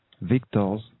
victors